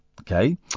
Okay